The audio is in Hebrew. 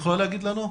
לא.